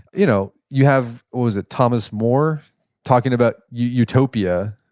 you know you have, what was it, thomas moore talking about utopia,